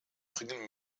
bringen